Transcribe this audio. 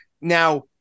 Now